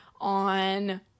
on